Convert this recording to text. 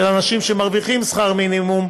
של אנשים שמרוויחים שכר מינימום,